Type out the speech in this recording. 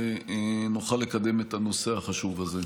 ונוכל לקדם את הנושא החשוב הזה.